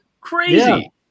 Crazy